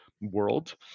world